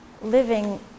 living